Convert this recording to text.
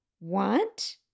want